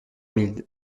mille